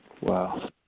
Wow